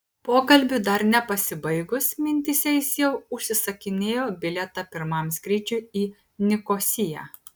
pokalbiui dar nepasibaigus mintyse jis jau užsisakinėjo bilietą pirmam skrydžiui į nikosiją